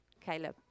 Caleb